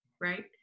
right